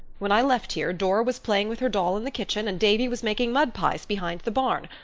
when i left here dora was playing with her doll in the kitchen and davy was making mud pies behind the barn.